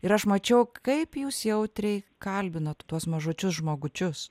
ir aš mačiau kaip jūs jautriai kalbinot tuos mažučius žmogučius